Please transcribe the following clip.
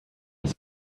das